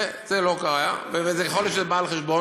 זה לא קרה, ויכול להיות שזה בא על חשבון.